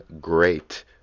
great